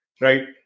right